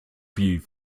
wie